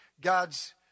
God's